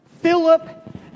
Philip